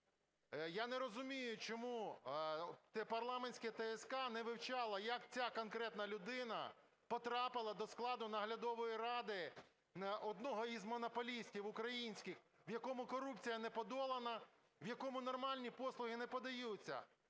Я не розумію, чому парламентська ТСК не вивчала, як ця конкретна людина потрапила до складу наглядової ради одного із монополістів українських, в якому корупція не подолана, в якому нормальні послуги не надаються.